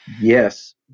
yes